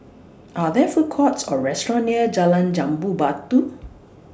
Are There Food Courts Or restaurants near Jalan Jambu Batu